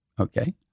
Okay